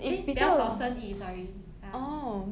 eh 比较少生意 sorry ah